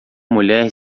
mulher